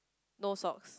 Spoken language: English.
no socks